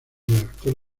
redactor